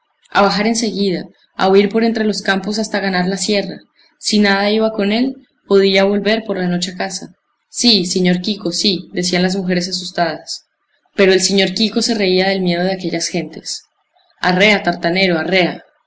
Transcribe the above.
a bajar en seguida a huir por entre los campos hasta ganar la sierra si nada iba con él podía volver por la noche a casa sí siñor quico sí decían las mujeres asustadas pero el siñor quico se reía del miedo de aquellas gentes arrea tartanero arrea